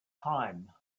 time